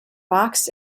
box